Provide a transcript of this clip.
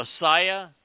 Messiah